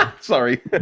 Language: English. sorry